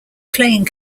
playing